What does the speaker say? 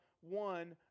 one